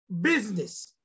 business